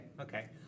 Okay